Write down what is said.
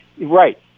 right